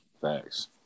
Thanks